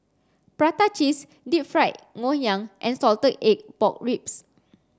prata cheese deep fried Ngoh Hiang and salted egg pork ribs